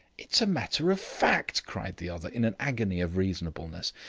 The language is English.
it's a matter of fact, cried the other in an agony of reasonableness.